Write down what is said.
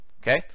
Okay